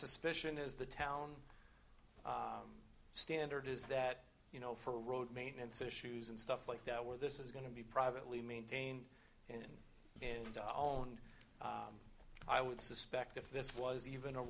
suspicion is the town standard is that you know for road maintenance issues and stuff like that where this is going to be privately maintained and all and i would suspect if this was even a